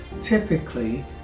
Typically